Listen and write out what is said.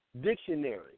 dictionary